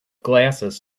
glasses